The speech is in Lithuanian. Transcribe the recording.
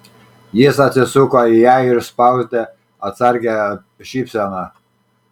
jis atsisuko į ją ir išspaudė atsargią šypseną